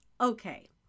okay